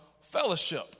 fellowship